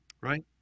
right